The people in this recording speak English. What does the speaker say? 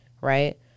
right